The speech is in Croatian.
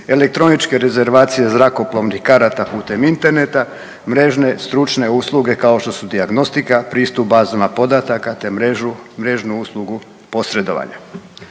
elektroničke rezervacije zrakoplovnih karata putem interneta, mrežne stručne usluge kao što su dijagnostika, pristup bazama podataka te mrežu, mrežnu uslugu posredovanja.